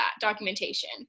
documentation